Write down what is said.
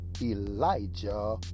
Elijah